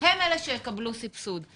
הם אלה שיקבלו סבסוד?